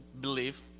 believe